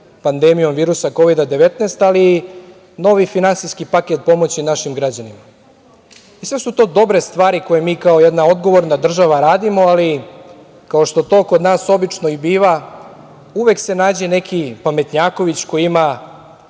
pandemijom virusa Kovid – 19, ali i novi finansijski paket pomoći našim građanima. Sve su to dobre stvari koje mi kao jedna odgovorna država radimo, ali, kao što to kod nas obično i biva, uvek se nađe neki pametnjaković koji ima